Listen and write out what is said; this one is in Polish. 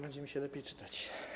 Będzie mi się lepiej czytać.